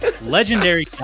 Legendary